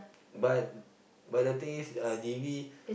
but but the thing is uh G_V